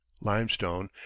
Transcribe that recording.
Limestone